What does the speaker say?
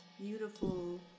beautiful